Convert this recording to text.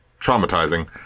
traumatizing